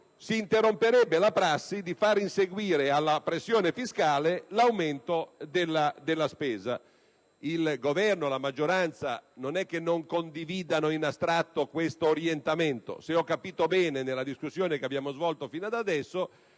si interromperebbe la prassi di far inseguire alla pressione fiscale l'aumento della spesa. Non è che il Governo e la maggioranza non condividano in astratto questo orientamento. Se ho capito bene, nella discussione svoltasi fino ad ora,